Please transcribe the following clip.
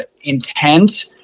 intent